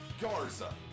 Garza